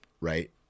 right